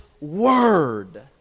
word